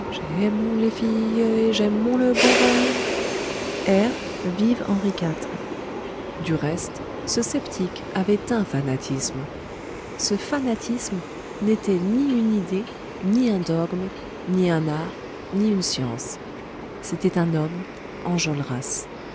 vin air vive henri iv du reste ce sceptique avait un fanatisme ce fanatisme n'était ni une idée ni un dogme ni un art ni une science c'était un homme enjolras